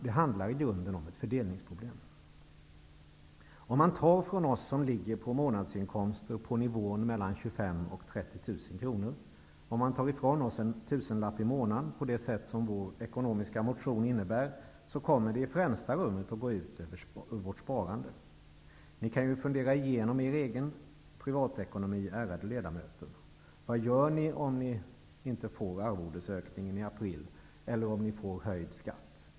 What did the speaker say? Det handlar i grunden om ett fördelningsproblem. Om man tar ifrån oss som har månadsinkomster på nivån 30 000 kr en tusenlapp i månaden på det sätt vår ekonomiska motion innebär, kommer det i främsta rummet att gå ut över vårt sparande. Tänk igenom er egen privatekonomi, ärade ledamöter. Vad gör ni om ni inte får arvodesökningen i april eller om ni får höjd skatt?